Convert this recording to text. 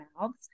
mouths